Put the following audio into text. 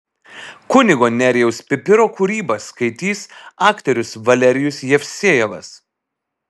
kunigo nerijaus pipiro kūrybą skaitys aktorius valerijus jevsejevas